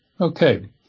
Okay